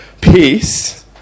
peace